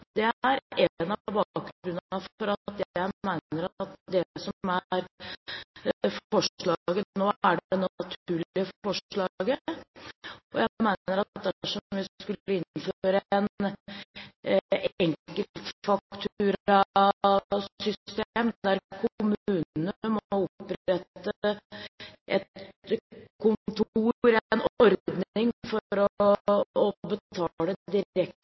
Det er noe av bakgrunnen for at jeg mener at det som er dagens forslag, er det naturlige forslaget. Jeg mener at dersom vi skulle innføre et enkeltfakturasystem, der kommunene måtte opprette et kontor, en ordning, for å betale direkte ut til andre fellesråd, ville det